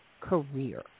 career